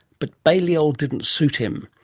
but balliol didn't suit him,